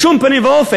בשום פנים ואופן.